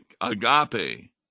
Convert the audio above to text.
agape